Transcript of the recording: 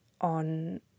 on